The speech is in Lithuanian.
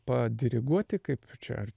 padiriguoti kaip čia ar